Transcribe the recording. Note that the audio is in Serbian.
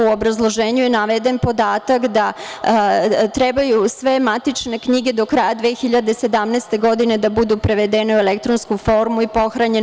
U obrazloženju je naveden podatak da trebaju sve matične knjige do kraja 2017. godine da budu prevedene u elektronsku formu i pohranjeno.